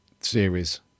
series